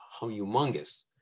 humongous